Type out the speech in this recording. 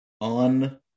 on